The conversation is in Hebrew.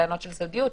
טענות של סודיות,